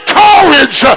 courage